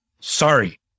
Sorry